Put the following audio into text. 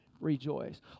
rejoice